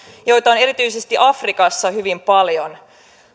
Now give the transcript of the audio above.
joita on erityisesti afrikassa hyvin paljon